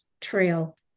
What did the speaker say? trail